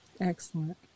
Excellent